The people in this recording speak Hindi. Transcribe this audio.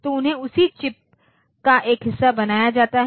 तो उन्हें उसी चिप्स का हिस्सा बनाया जाता है